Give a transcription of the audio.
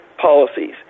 policies